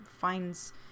finds